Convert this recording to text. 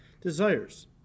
desires